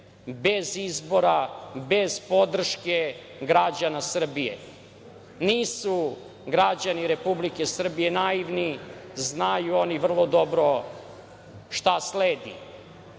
bez izbora, bez podrške građana Srbije. Nisu građani Republike Srbije naivni. Znaju oni vrlo dobro šta sledi. Kada